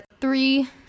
three